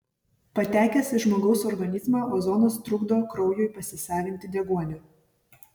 patekęs į žmogaus organizmą ozonas trukdo kraujui pasisavinti deguonį